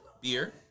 beer